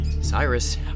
Cyrus